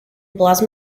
plasma